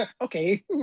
okay